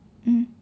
mm